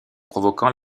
provoquant